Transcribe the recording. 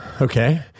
Okay